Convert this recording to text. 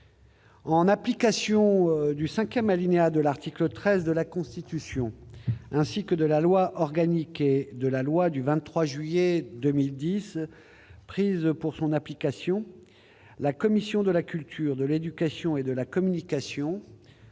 En application du cinquième alinéa de l'article 13 de la Constitution, ainsi que de la loi organique n° 2010-837 et de la loi n° 2010-838 du 23 juillet 2010 prises pour son application, la commission de la culture, de l'éducation et de la communication